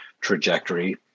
trajectory